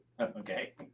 okay